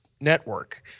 network